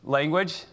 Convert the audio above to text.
Language